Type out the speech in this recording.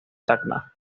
tacna